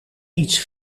iets